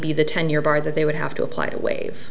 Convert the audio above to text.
be the ten year bar that they would have to apply to waive